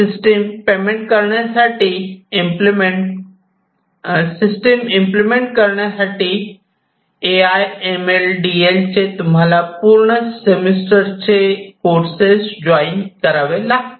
system payment करण्यासाठी implement A I M L D L चे तुम्हाला पूर्ण सेमिस्टर चे कोर्सेस जॉईन करावे लागतील